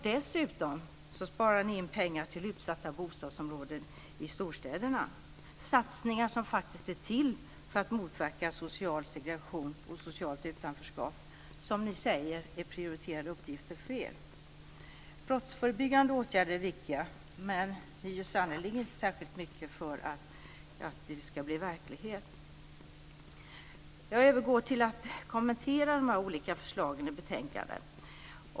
Dessutom sparar ni in pengar till utsatta bostadsområden i storstäderna, satsningar som faktiskt är till för att motverka social segregation och socialt utanförskap, som ni säger är prioriterade uppgifter för er. Brottsförebyggande åtgärder är viktiga, men ni gör sannerligen inte särskilt mycket för att de ska bli verklighet. Jag övergår till att kommentera de olika förslagen i betänkandet.